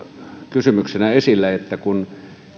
kysymyksenä esille että kun